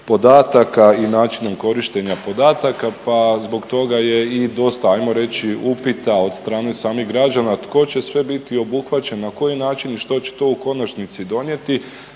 podataka i načinom korištenja podataka, pa zbog toga je i dosta ajmo reći upita od strane samih građana tko će sve biti obuhvaćen, na koji način i što će to u konačnici donijeti